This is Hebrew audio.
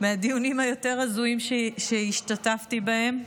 היותר-הזויים שהשתתפתי בהם,